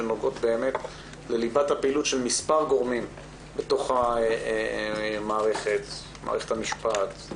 שנוגעות לליבת הפעילות של מספר גורמים בתוך המערכת מערכת המשפט,